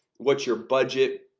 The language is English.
what's your budget?